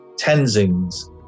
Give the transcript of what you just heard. tenzing's